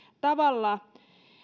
tavalla